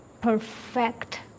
perfect